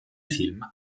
film